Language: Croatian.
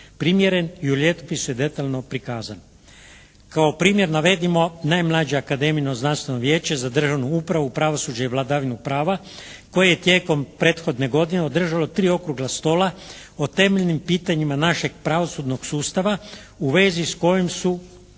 primjeren i u ljetopisu je detaljno prikazan. Kao primjer navedimo najmlađe Akademijino znanstveno vijeće za državnu upravu, pravosuđe i vladavinu prava koje je tijekom prethodne godine održalo tri okrugla stola o temeljnim pitanjima našeg pravosudnog sustava u vezi s kojim su